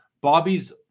Bobby's